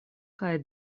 kaj